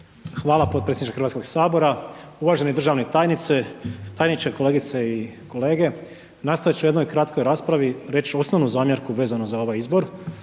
Hvala podpredsjedniče Hrvatskog sabora, uvaženi državna tajnice, tajniče, kolegice i kolege, nastojat ću u jednoj kratkoj raspravi reći osnovnu zamjerku vezano za ovaj izbor